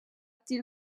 til